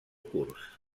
curs